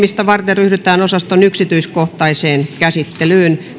ryhdytään osaston yksityiskohtaiseen käsittelyyn